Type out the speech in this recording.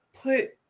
put